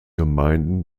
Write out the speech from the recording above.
gemeinden